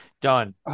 Done